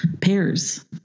pairs